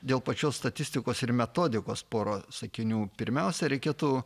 dėl pačios statistikos ir metodikos porą sakinių pirmiausia reikėtų